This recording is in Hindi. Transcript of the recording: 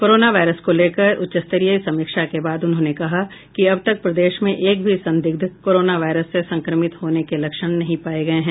कोरोना वायरस को लेकर उच्चस्तरीय समीक्षा के बाद उन्होंने कहा कि अब तक प्रदेश में एक भी संदिग्ध कोरोना वायरस से संक्रमित होने के लक्षण नहीं पाये गए हैं